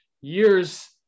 years